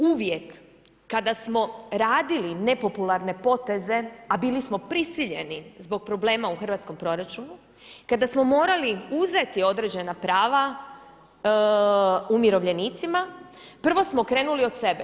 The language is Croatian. Uvijek kada smo radili nepopularne poteze, a bili smo prisiljeni zbog problema u hrvatskom proračunu, kada smo morali uzeti određena prava umirovljenicima, prvo smo krenuli od sebe.